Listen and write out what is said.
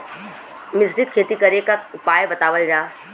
मिश्रित खेती करे क उपाय बतावल जा?